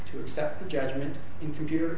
to accept the judgment in computer